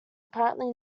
apparently